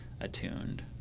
attuned